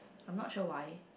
I'm not sure why